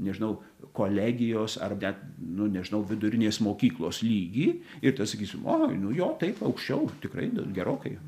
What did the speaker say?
nežinau kolegijos ar net nu nežinau vidurinės mokyklos lygį ir tada sakysiu oi nu jo taip aukščiau tikrai nu gerokai